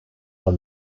are